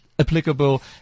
applicable